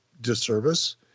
disservice